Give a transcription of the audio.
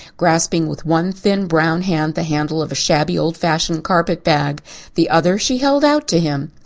grasping with one thin brown hand the handle of a shabby, old-fashioned carpet-bag the other she held out to him.